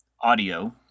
audio